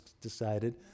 decided